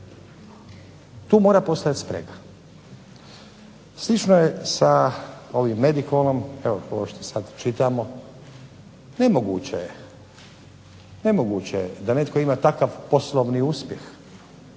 Tu mora postojati sprega. Slično je sa ovim Medikolom, evo ovo što sad čitamo, nemoguće je da netko ima takav poslovni uspjeh